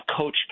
Coach